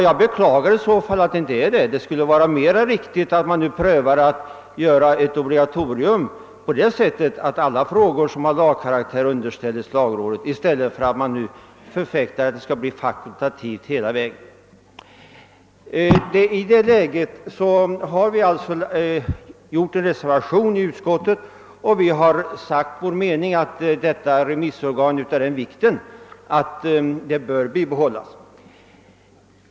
Jag beklagar att så inte är fallet. Det skulle vara riktigare att införa ett obligatorium så att alla frågor av lagkaraktär blir underställda lagrådet än att som nu föreslå en fakultativ ordning. Av dessa skäl har vi alltså reserverat oss i utskottet och som vår mening framhållit att detta remissorgan är av den betydelsen att det bör bibehållas.